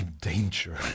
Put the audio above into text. danger